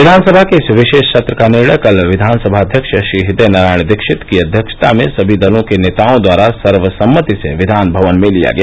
विधानसभा के इस विशेष सत्र का निर्णय कल विधान सभा अध्यक्ष श्री हृदय नारायण दीक्षित की अध्यक्षता में सभी दलों के नेताओं द्वारा सर्वसम्मति से विधान भवन में लिया गया